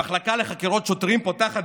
המחלקה לחקירות שוטרים פותחת